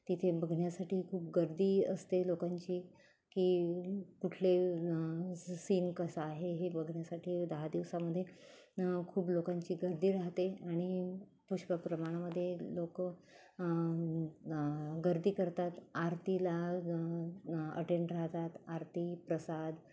तिथे बघण्यासाठी खूप गर्दी असते लोकांची की कुठले सीन कसं आहे हे बघण्यासाठी दहा दिवसामध्ये खूप लोकांची गर्दी राहते आणि पुष्प प्रमाणामध्ये लोकं गर्दी करतात आरतीला अटेंड राहतात आरती प्रसाद